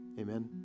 Amen